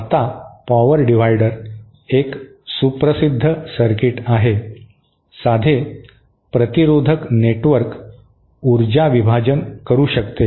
आता power divider एक सुप्रसिद्ध सर्किट आहे साधे प्रतिरोधक नेटवर्क ऊर्जा विभाजन करू शकते